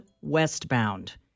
westbound